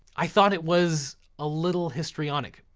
i thought it was a little histrionic.